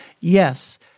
Yes